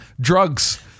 drugs